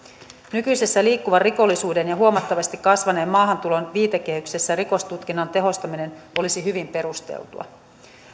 nykyisessä liikkuvan rikollisuuden ja huomattavasti kasvaneen maahantulon viitekehyksessä rikostutkinnan tehostaminen olisi hyvin perusteltua